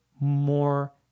more